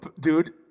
Dude